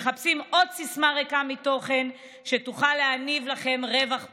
מחפשים עוד סיסמה ריקה מתוכן שתוכן להניב לכם רווח פוליטי,